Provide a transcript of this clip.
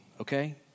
okay